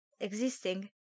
existing